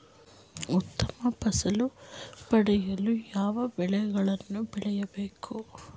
ಉತ್ತಮ ಫಸಲು ಪಡೆಯಲು ಯಾವ ಬೆಳೆಗಳನ್ನು ಬೆಳೆಯಬೇಕು?